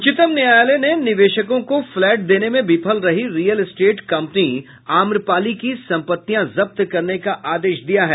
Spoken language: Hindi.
उच्चतम न्यायालय ने निवेशकों को फ्लैट देने में विफल रही रियल एस्टेट कंपनी आम्रपाली की संपत्तियां जब्त करने का आदेश दिया है